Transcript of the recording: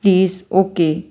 please okay